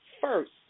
first